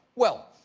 well,